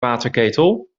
waterketel